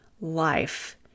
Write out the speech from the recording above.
life